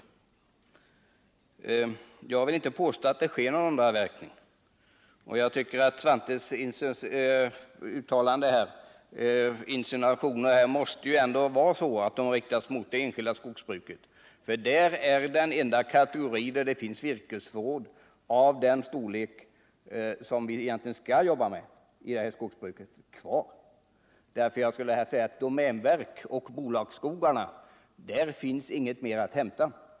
Men jag vill inte påstå att det sker någon underavverkning, och jag tycker att Svante Lundkvists insinuationer måste vara riktade mot det enskilda skogsbruket. Det är nämligen bara där som det finns kvar något virkesförråd av den storlek som vi egentligen skall jobba med inom skogsbruket. I domänverksoch bolagsskogarna finns inget mer att hämta.